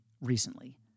Recently